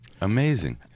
Amazing